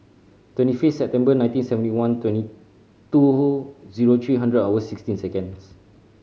twenty fifth September nineteen seventy one twenty two who zero three hundred hours sixteen seconds